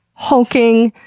hulking,